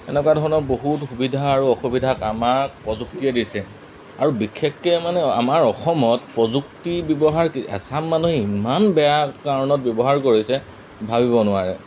এনেকুৱা ধৰণৰ বহুত সুবিধা আৰু অসুবিধাক আমাক প্ৰযুক্তিয়ে দিছে আৰু বিশেষকৈ মানে আমাৰ অসমত প্ৰযুক্তি ব্যৱহাৰ এচাম মানুহে ইমান বেয়া কাৰণত ব্যৱহাৰ কৰিছে ভাবিব নোৱাৰে